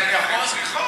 הן צריכות.